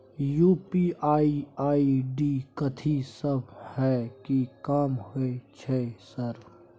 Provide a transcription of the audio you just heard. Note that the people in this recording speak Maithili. यु.पी.आई आई.डी कथि सब हय कि काम होय छय सर?